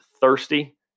thirsty